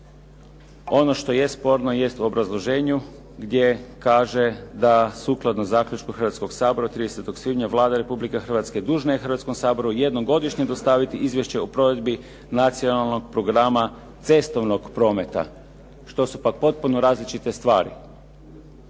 Ono što je sporno je u obrazloženju gdje kaže da sukladno zaključku Hrvatskog sabora od 30. svibnja Vlada Republike Hrvatske dužna je Hrvatskom saboru jednom godišnje dostaviti izvješće o provedbi Nacionalnog programa cestovnog prometa što su pak potpuno različite stvari.